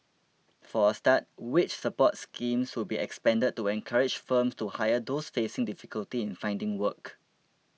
for a start wage support schemes will be expanded to encourage firms to hire those facing difficulty in finding work